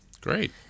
Great